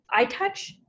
iTouch